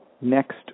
next